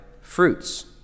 fruits